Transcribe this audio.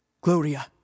Gloria